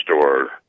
store